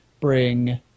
bring